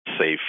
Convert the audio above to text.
safe